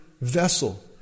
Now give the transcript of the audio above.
vessel